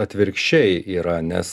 atvirkščiai yra nes